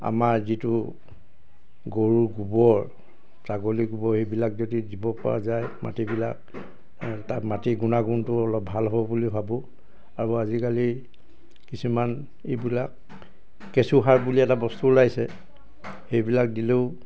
আমাৰ যিটো গৰু গোবৰ ছাগলী গোবৰ এইবিলাক যদি দিব পৰা যায় মাটিবিলাক তাৰ মাটিৰ গুণাগুণটো অলপ ভাল হ'ব বুলি ভাবোঁ আৰু আজিকালি কিছুমান এইবিলাক কেঁচুসাৰ বুলি এটা বস্তু ওলাইছে সেইবিলাক দিলেও